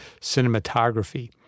cinematography